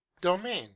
domain